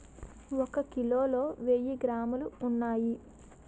ఒక కిలోలో వెయ్యి గ్రాములు ఉన్నాయి